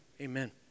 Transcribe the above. Amen